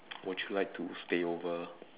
would you like to stay over